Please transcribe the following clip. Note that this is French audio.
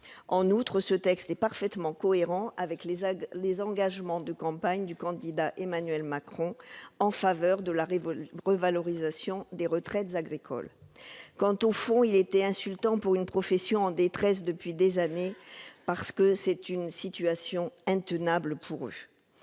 En outre, le texte est parfaitement cohérent avec les engagements de campagne du candidat Emmanuel Macron en faveur de la revalorisation des retraites agricoles. Sur le fond, c'est insultant pour une profession en détresse depuis des années. Pour eux, la situation est intenable. Si je peux